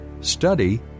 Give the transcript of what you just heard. study